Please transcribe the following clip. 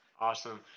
Awesome